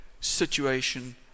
situation